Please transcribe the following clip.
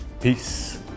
Peace